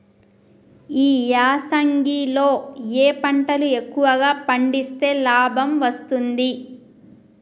ఈ యాసంగి లో ఏ పంటలు ఎక్కువగా పండిస్తే లాభం వస్తుంది?